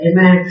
Amen